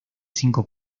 cinco